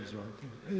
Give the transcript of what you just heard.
Izvolite.